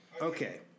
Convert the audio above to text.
Okay